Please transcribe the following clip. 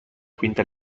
quinta